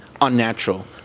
unnatural